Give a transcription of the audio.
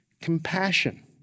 compassion